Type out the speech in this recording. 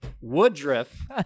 Woodruff